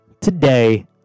today